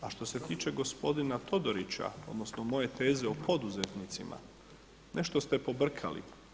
A što se tiče gospodina Todorića, odnosno moje teze o poduzetnicima nešto ste pobrkali.